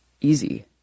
easy